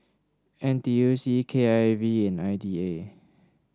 N T U C K I V and I D A